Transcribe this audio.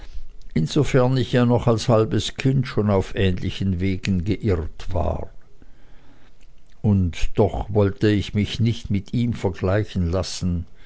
insofern ich ja noch als halbes kind schon auf ähnlichen wegen geirrt war und doch wollte ich mich nicht mit ihm vergleichen lassen